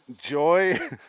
joy